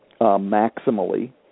maximally